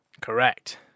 Correct